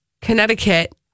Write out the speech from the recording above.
Connecticut